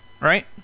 right